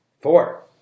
four